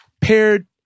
paired